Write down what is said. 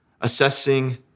Assessing